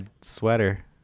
sweater